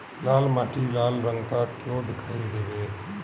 लाल मीट्टी लाल रंग का क्यो दीखाई देबे?